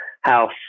house